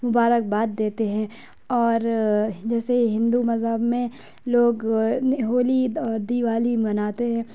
مبارکباد دیتے ہیں اور جیسے ہندو مذہب میں لوگ ہولی دیوالی مناتے ہیں